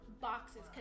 boxes